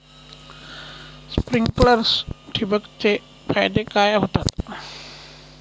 Sprinklers ठिबक चे फायदे काय होतात?